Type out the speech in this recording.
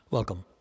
Welcome